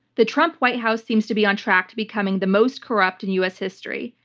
the trump white house seems to be on track to becoming the most corrupt in us history,